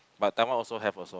but Taiwan also have also